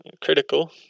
critical